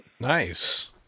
Nice